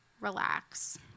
relax